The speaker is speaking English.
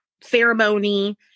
ceremony